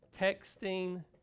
texting